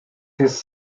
his